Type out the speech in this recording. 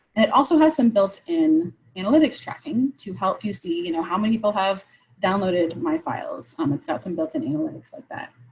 it also has some built in analytics tracking to help you see you know how many people have downloaded my files on it's got some built in analytics like that.